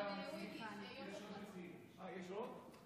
יעלה חבר הכנסת יום טוב חי כלפון.